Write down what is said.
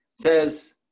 says